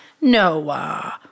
Noah